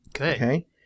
Okay